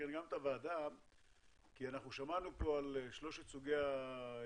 מסקרן גם את הוועדה כי אנחנו שמענו פה על שלושת סוגי המיסים,